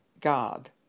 God